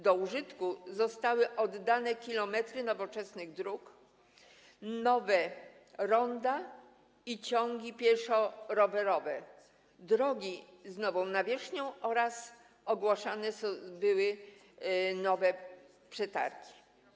Do użytku zostały oddane kilometry nowoczesnych dróg, nowe ronda i ciągi pieszo-rowerowe, drogi z nową nawierzchnią oraz ogłaszane były nowe przetargi.